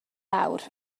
awr